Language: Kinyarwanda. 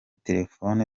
telefone